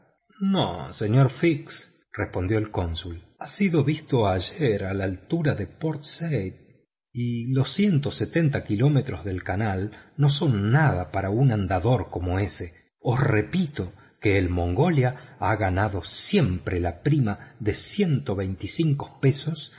no señor fix respondió el cónsul ha sido visto ayer a la altura de port said y los ciento sesenta kilómetros del canal no son nada para un andador como ése os repito que el mongolia ha ganado siempre la prima de veinticinco